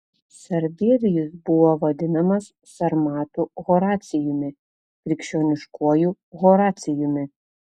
sarbievijus buvo vadinamas sarmatų horacijumi krikščioniškuoju horacijumi